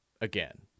again